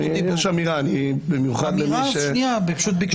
סקסי אבל עדיין 99% מהאזנות סתר מאושרות.